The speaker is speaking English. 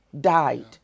died